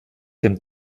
dem